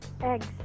Eggs